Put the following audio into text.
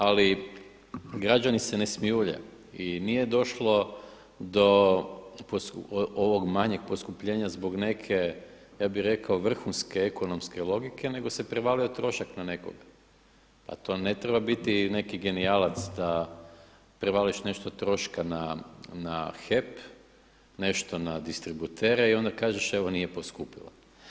Ali građani se ne smijulje i nije došlo do ovog manjeg poskupljenja zbog neke, ja bih rekao, vrhunske ekonomske logike nego se prevalio trošak na nekoga, a to ne treba biti neki genijalac da prevališ nešto troška na HEP nešto na distributere i onda kažeš evo nije poskupilo.